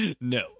No